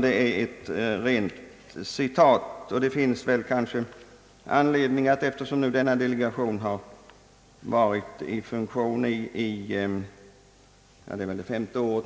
Det finns kanske anledning, eftersom delegationen har varit i funktion i fem år,